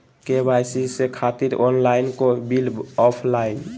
KYC से खातिर online हो बिल ऑफलाइन?